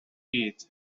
gyd